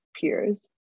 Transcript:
peers